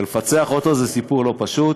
ולפצח אותו זה סיפור לא פשוט,